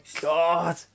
god